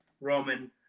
Roman